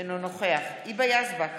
אינו נוכח היבה יזבק,